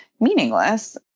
meaningless